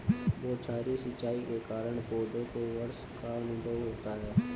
बौछारी सिंचाई के कारण पौधों को वर्षा का अनुभव होता है